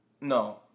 No